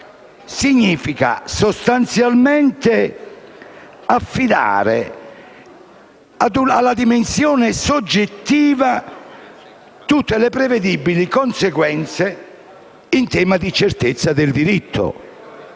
significa sostanzialmente affidare alla dimensione soggettiva tutte le prevedibili conseguenze in tema di certezza del diritto.